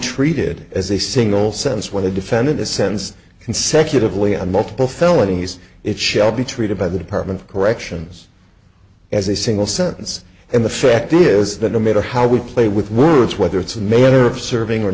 treated as a single sentence where they defended the sentence consecutively and multiple felonies it shall be treated by the department of corrections as a single sentence and the fact is that no matter how we play with words whether it's a mater of serving o